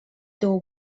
teu